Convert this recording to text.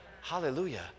Hallelujah